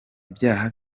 ibyaha